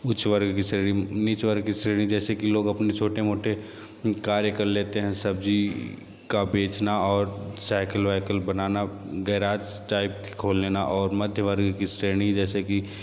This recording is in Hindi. उच्च वर्ग की श्रेणी नीच वर्ग की श्रेणी जैसे कि लोग छोटे मोटे कार्य कर लेते हैं सब्जी का बेचना और साइकिल वाइकल बनाना गेराज टाइप का खोल लेना और मध्य वर्ग की श्रेणी जैसे कि